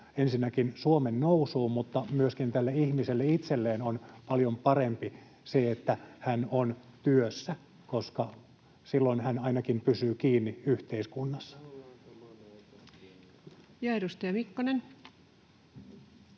ensinnäkin Suomen nousuun, mutta myöskin tälle ihmiselle itselleen on paljon parempi se, että hän on työssä, koska silloin hän ainakin pysyy kiinni yhteiskunnassa. [Speech